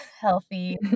healthy